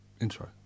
intro